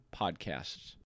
podcasts